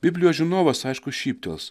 biblijos žinovas aišku šyptels